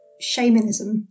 shamanism